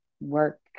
work